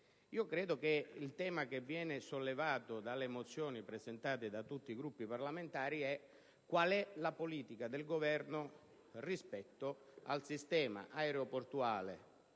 Credo che il tema sollevato nelle mozioni presentate da tutti i Gruppi parlamentari sia qual è la politica del Governo rispetto al sistema aeroportuale